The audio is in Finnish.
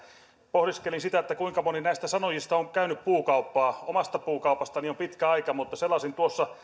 pohdiskelin sitä kuinka moni näistä sanojista on käynyt puukauppaa omasta puukaupastani on pitkä aika mutta selasin